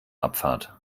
abfahrt